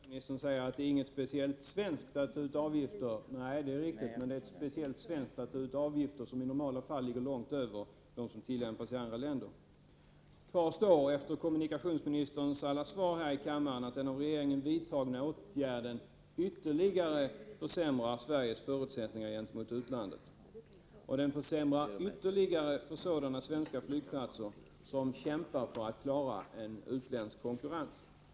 Fru talman! Kommunikationsministern säger att det inte är någonting speciellt svenskt att ta ut avgifter. Nej, men det är speciellt svenskt att ta ut avgifter som ligger långt över dem som tillämpas i andra länder. Kvar står, efter kommunikationsministerns alla svar här i kammaren, att den av regeringen vidtagna åtgärden ytterligare försämrar Sveriges förutsättningar att konkurrera med utlandet på det här området. Den försämrar förutsättningarna särskilt mycket för sådana svenska flygplatser som nu kämpar för att klara en utländsk konkurrens.